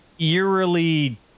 Eerily